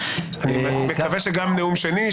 אני מקווה שגם נאום שני,